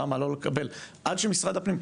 למה לא לקבל, עד שמשרד הפנים,